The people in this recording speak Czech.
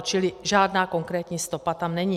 Čili žádná konkrétní stopa tam není.